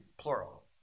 plural